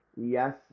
yes